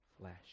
flesh